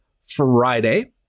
Friday